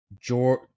George